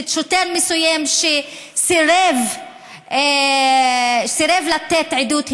ששוטר מסוים סירב לתת עדות,